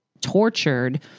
tortured